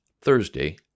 Thursday